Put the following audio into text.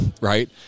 right